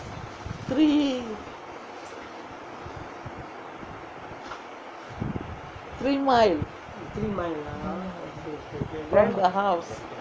three mile from the house